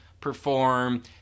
perform